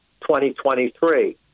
2023